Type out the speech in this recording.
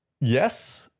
Yes